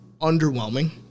underwhelming